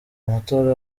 amatora